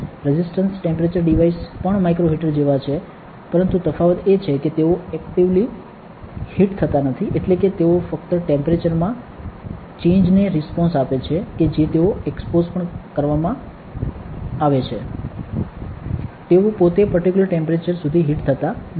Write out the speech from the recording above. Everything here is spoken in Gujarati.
રેઝિસ્ટન્સ ટેમ્પરેચર ડિવાઇસ પણ માઇક્રો હીટર જેવા છે પરંતુ તફાવત એ છે કે તેઓ ઍક્ટિવલી હીટ થતા નથી એટલે કે તેઓ ફક્ત ટેમ્પરેચરમાં ચેંજ ને રિસ્પોંસ આપે છે કે જે તેઓ એક્સપોઝ પણ કરવામા આવે છે તેઓ પોતે પાર્ટીકયુલર ટેમ્પરેચર સુધી હિટ થતાં નથી